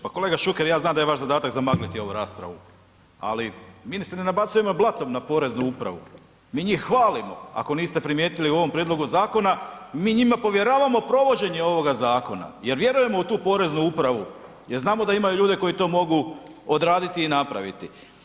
Pa kolega Šuker, ja znam da je vaš zadatak zamagliti ovu raspravu, ali mi se ni ne nabacujemo blatom na poreznu upravu, mi njih hvalimo ako niste primijetili u ovom prijedlogu zakona, mi njima povjeravamo provođenje ovoga zakona jer vjerujemo u tu poreznu upravu jer znamo da imaju ljude koji to mogu odraditi i napraviti.